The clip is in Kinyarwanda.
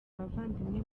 abavandimwe